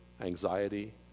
anxiety